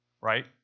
right